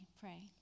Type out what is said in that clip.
pray